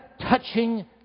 touching